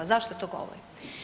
Zašto to govorim?